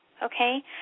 okay